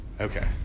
Okay